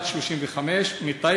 בת 35 מטייבה,